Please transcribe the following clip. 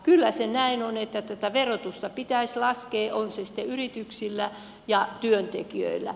kyllä se näin on että tätä verotusta pitäisi laskea on se sitten yrityksillä tai työntekijöillä